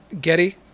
Getty